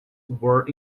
were